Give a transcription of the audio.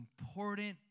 important